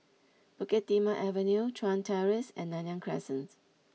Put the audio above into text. Bukit Timah Avenue Chuan Terrace and Nanyang Crescent